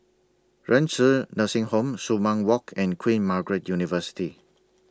Renci Nursing Home Sumang Walk and Queen Margaret University